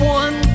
one